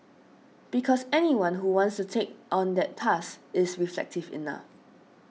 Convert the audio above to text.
because anyone who wants to take on that task is reflective enough